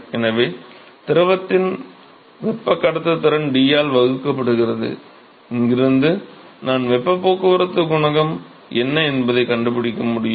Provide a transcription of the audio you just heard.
எனவே திரவத்தின் வெப்பக் கடத்துத்திறன் D ஆல் வகுக்கப்படுகிறது இங்கிருந்து நான் வெப்பப் போக்குவரத்து குணகம் என்ன என்பதைக் கண்டுபிடிக்க முடியும்